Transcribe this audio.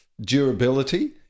durability